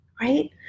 right